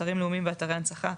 אתרים לאומיים ואתרי הנצחה,